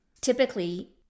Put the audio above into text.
typically